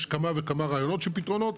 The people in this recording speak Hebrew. יש כמה וכמה רעיונות של פתרונות,